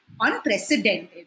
unprecedented